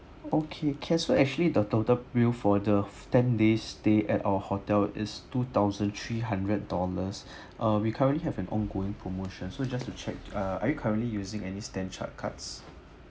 okay can so actually the total bill for the ten days stay at our hotel is two thousand three hundred dollars uh we currently have an ongoing promotion so just to check ah are you currently using any StanChart cards